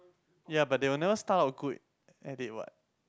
ya but they will never start out good at it what